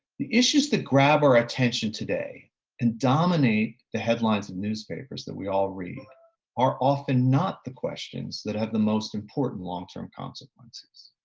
the issues that grab our attention today and dominate the headlines of newspapers that we all read are often not the questions that have the most important longterm consequences.